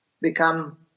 become